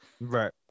Right